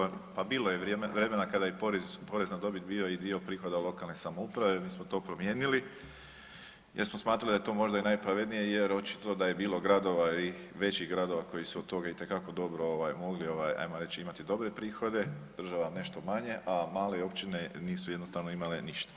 Kolega Štromar, pa bilo je vremena kada je porez na dobit bio i dio prihoda lokalne samouprave, mi smo to promijenili jer smo smatrali da je to možda i najpravednije jer očito da je bilo gradova i većih gradova koji su o tome itekako dobro mogli ajmo reći dobre prihode, država nešto manje, a male općine nisu jednostavno imale ništa.